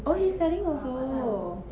oh he's studying also